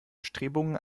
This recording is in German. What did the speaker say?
bestrebungen